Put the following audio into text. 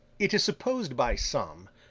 it is supposed by some,